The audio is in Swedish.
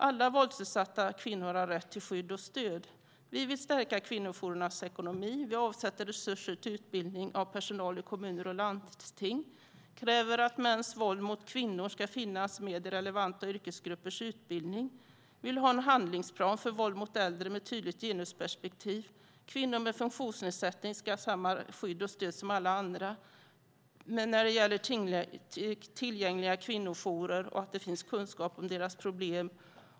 Alla våldsutsatta kvinnor har rätt till skydd och stöd. Vi vill stärka kvinnojourernas ekonomi. Vi avsätter resurser till utbildning av personal i kommuner och landsting och kräver att mäns våld mot kvinnor ska finnas med i relevanta yrkesgruppers utbildning. Vi vill ha en handlingsplan för våld mot äldre med ett tydligt genusperspektiv. Kvinnor med funktionsnedsättning ska få samma skydd och stöd som alla andra när det gäller tillgängliga kvinnojourer. Det ska finnas kunskap om deras problem.